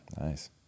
Nice